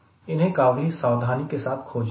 इन्हें काफी सावधानी के साथ खोजना है